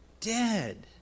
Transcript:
dead